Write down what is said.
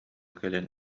кэлэн